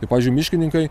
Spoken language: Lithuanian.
tai pavyzdžiui miškininkai